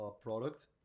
product